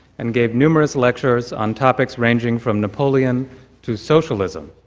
and gave numerous lectures on topics ranging from napoleon to socialism.